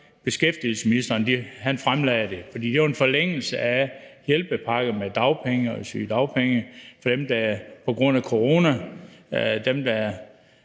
beskæftigelsesministeren fremsatte det, for det var en forlængelse af hjælpepakker med dagpenge og sygedagpenge for dem, der på grund af corona ikke